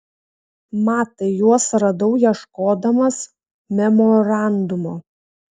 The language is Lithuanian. matai juos radau ieškodamas memorandumo